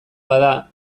bada